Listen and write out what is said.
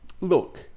Look